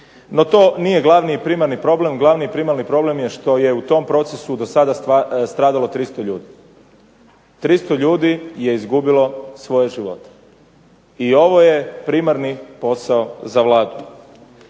No to nije glavni i primarni problem, glavni i primarni problem je što je u tom procesu do sada stradalo 300 ljudi, 300 ljudi je izgubilo svoje živote i ovo je primarni posao za Vladu.